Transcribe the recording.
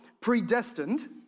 predestined